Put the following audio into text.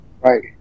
right